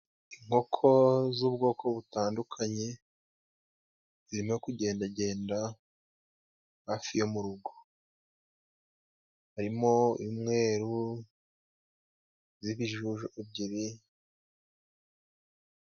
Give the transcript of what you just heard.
Inkoko z'ubwoko butandukanye zirimo kugendagenda hafi yo mu rugo, harimo iy'umweru iz'ibijuju ebyiri.